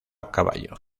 caballo